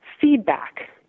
feedback